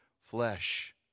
flesh